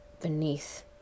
beneath